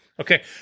Okay